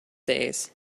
days